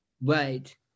right